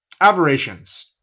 aberrations